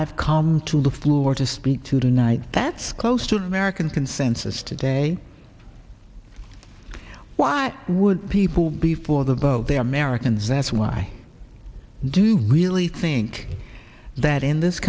i've come to the floor to speak to tonight that's close to the american consensus today why would people before the vote they are americans that's why do you really think that in this